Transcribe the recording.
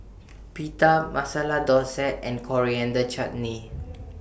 Pita Masala Dosa and Coriander Chutney